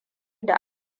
da